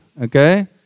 Okay